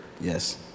Yes